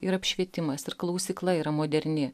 ir apšvietimas ir klausykla yra moderni